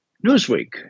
Newsweek